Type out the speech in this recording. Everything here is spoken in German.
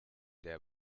der